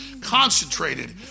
Concentrated